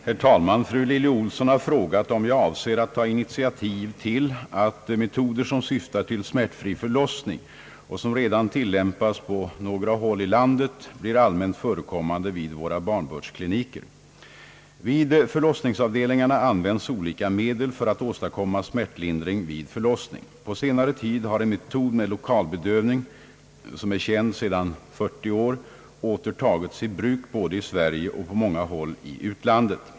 Herr talman! Fru Lilly Ohlsson har frågat om jag avser att ta initiativ till att metoder, som syftar till smärtfri förlossning och som redan tillämpas på några håll i landet, blir allmänt förekommande vid våra barnbördskliniker. Vid = förlossningsavdelningarna <används olika medel för att åstadkomma smärtlindring vid förlossningen. På senare tid har en metod med lokalbedövning — som är känd sedan 40 år — åter tagits i bruk både i Sverige och på många håll i utlandet.